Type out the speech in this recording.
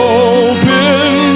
open